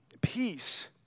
peace